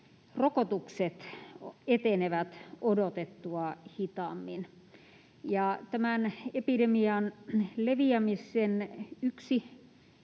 rokotukset etenevät odotettua hitaammin. Yksi keino tämän epidemian leviämisen